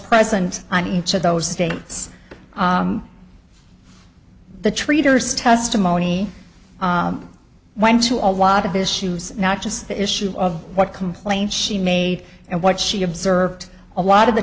present on each of those states the treaters testimony went to a lot of issues not just the issue of what complaint she made and what she observed a lot of the